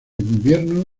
invierno